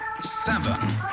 seven